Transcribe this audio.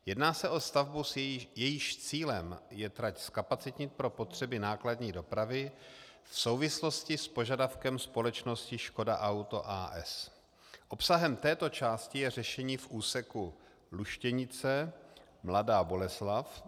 Jedná se o stavbu, jejímž cílem je trať zkapacitnit pro potřeby nákladní dopravy v souvislosti s požadavkem společnosti Škoda Auto, a. s. Obsahem této části je řešení v úseku Luštěnice Mladá Boleslav.